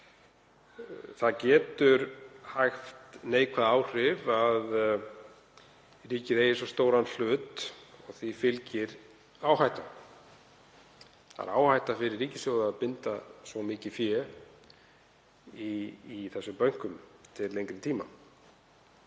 Það getur haft neikvæð áhrif að ríkið eigi svo stóran hlut og því fylgir áhætta. Það er áhætta fyrir ríkissjóð að binda svo mikið fé í þessum bönkum til lengri tíma.